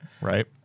Right